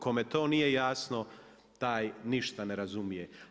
Kome to nije jasno, taj ništa ne razumije.